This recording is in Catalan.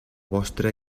vostra